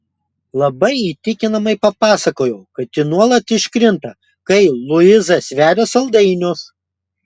labai įtikinamai papasakojau kad ji nuolat iškrinta kai luiza sveria saldainius